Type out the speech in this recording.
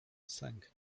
sęk